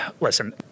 listen